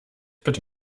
bitte